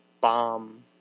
bomb